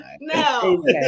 No